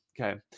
Okay